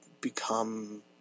become